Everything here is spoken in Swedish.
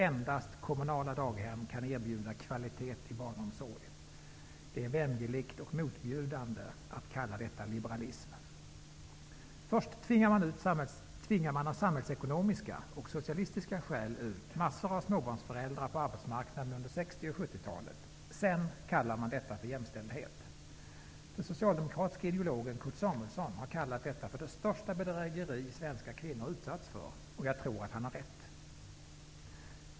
Endast kommunala daghem kan erbjuda kvalitet i barnomsorg. Det är vämjeligt och motbjudande att kalla detta liberalism. Först tvingade man under 1960 och 1970-talet, av samhällsekonomiska och socialistiska skäl, ut massor av småbarnsföräldrar på arbetsmarknaden. Sedan kallar man detta för jämställdhet. Den socialdemokratiske ideologen Kurt Samuelsson har kallat detta för det största bedrägeri svenska kvinnor har utsatts för. Jag tror att han har rätt.